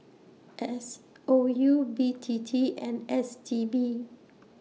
S O U B T T and S T B